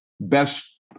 best